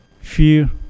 fear